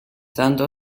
tanto